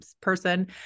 person